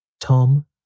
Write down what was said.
Tom